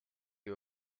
you